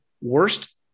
Worst